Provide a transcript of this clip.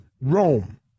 Rome